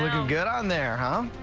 get on there how